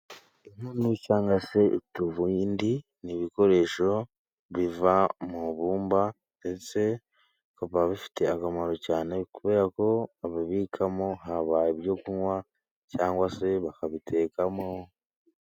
Inkono cyangwa se utubindi, ni ibikoresho biva mu bumba. Ndetse bikaba bifite akamaro cyane kubera ko babibikamo haba ibyo kunywa, cyangwa se bakabitekamo.